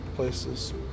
places